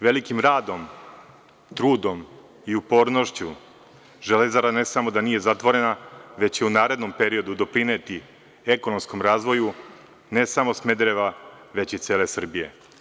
Velikim radom, trudom i upornošću „Železara“ ne samo da nije zatvorena, već će u narednom periodu doprineti ekonomskom razvoju ne samo Smederava, već i cele Srbije.